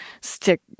stick